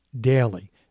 daily